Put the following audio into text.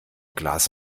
glas